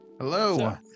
hello